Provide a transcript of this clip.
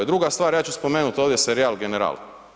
Druga stvar, ja ću spomenuti ovdje serijal „general“